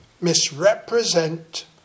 misrepresent